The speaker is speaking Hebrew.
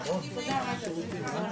הישיבה ננעלה בשעה 14:15.